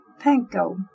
panko